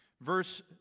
Verse